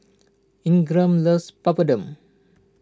Ingram loves Papadum